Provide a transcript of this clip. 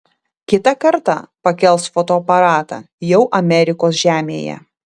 kitą kartą pakels fotoaparatą jau amerikos žemėje